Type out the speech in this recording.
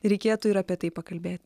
reikėtų ir apie tai pakalbėti